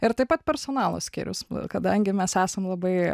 ir taip pat personalo skyrius kadangi mes esam labai